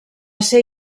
ser